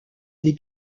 des